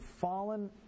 fallen